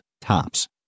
tops